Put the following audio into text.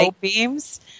beams